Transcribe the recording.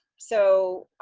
so